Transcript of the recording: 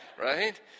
right